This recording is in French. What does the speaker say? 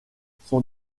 son